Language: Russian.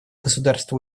государства